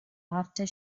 after